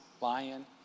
Lion